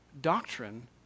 Doctrine